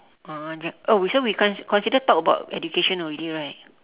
ah j~ oh so we con~ consider talk about education already right